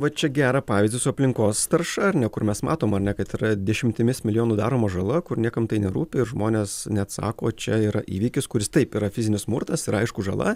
va čia gerą pavyzdį su aplinkos tarša ar ne kur mes matom ar ne kad yra dešimtimis milijonų daroma žala kur niekam tai nerūpi ir žmonės neatsako čia yra įvykis kuris taip yra fizinis smurtas tai yra aišku žala